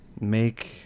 make